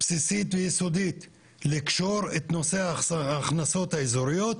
בסיסית ויסודית לקשור את נושא ההכנסות האזוריות,